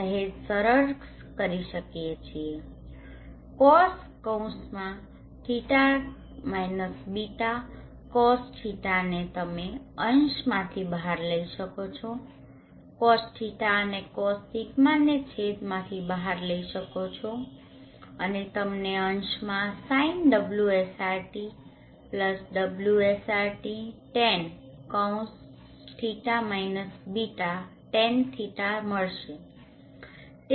cos φ β∙cos sin srt srtsin φ β∙sin cos φ∙ cos sin srt srtsin sin હવે આપણે આને સહેજ સરળ કરી શકીએ છીએ Cosϕ - β Cos ને તમે અંશમાંથી બહાર લઇ શકો છો Cosϕ and Cosનેછેદ માંથી બહાર લઇ શકો છો અને તમને અંશમાં Sinωsrt ωsrt Tanϕ - β tan 𝛿 મળશે